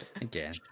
Again